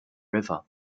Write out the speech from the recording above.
river